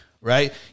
right